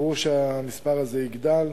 ברור שהמספר הזה יגדל.